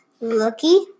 looky